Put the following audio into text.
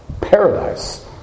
Paradise